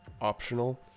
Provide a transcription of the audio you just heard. optional